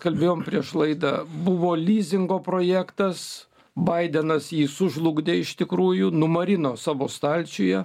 kalbėjom prieš laidą buvo lizingo projektas baidenas jį sužlugdė iš tikrųjų numarino savo stalčiuje